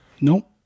Nope